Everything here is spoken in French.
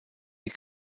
est